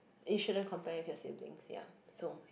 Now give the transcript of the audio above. you shouldn't compare with your siblings ya so